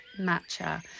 matcha